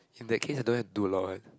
in that case I don't have to do a lot one